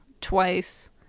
twice